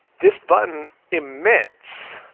this button emits